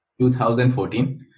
2014